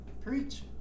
preach